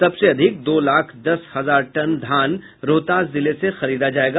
सबसे अधिक दो लाख दस हजार टन धान रोहतास जिले से खरीदा जायेगा